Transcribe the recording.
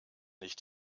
nicht